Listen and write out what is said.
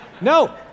No